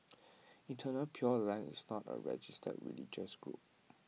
eternal pure land is not A registered religious group